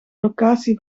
locatie